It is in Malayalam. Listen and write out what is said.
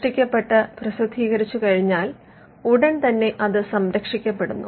സൃഷ്ടിക്കപ്പെട്ട് പ്രസിദ്ധീകരിച്ചു കഴിഞ്ഞാൽ ഉടൻ തന്നെ അത് സംരക്ഷിക്കപ്പെടുന്നു